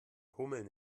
hummeln